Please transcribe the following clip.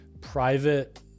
private